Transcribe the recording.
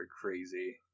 crazy